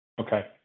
Okay